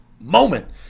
moment